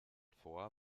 vor